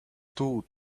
two